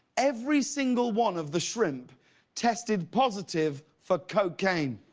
every single one of the shrimp tested positive for cocaine.